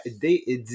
des